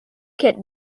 kit